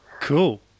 Cool